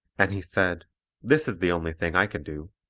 and he said this is the only thing i can do.